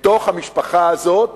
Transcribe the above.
בתוך המשפחה הזאת